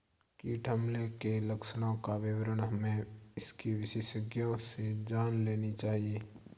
कीट हमले के लक्षणों का विवरण हमें इसके विशेषज्ञों से जान लेनी चाहिए